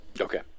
Okay